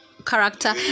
Character